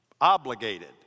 Obligated